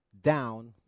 down